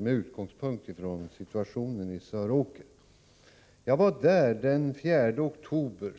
med utgångspunkt i situationen i Söråker. Jag var där den 4 oktober.